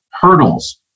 hurdles